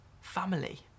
family